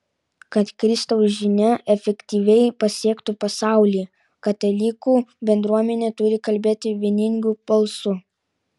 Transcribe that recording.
kad kristaus žinia efektyviai pasiektų pasaulį katalikų bendruomenė turi kalbėti vieningu balsu